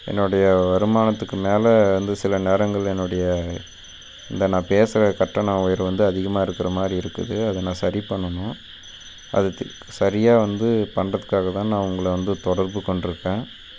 என்னுடைய வருமானத்துக்கு மேலே வந்து சில நேரங்கள் என்னுடைய இந்த நான் பேசுகிற கட்டண உயர்வு வந்து அதிகமாக இருக்கிற மாதிரி இருக்குது அதை நான் சரி பண்ணணும் அதுக்கு சரியாக வந்து பண்ணுறதுக்காக தான் நான் உங்களை வந்து தொடர்புக் கொண்டிருக்கேன்